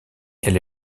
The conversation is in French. elle